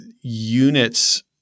units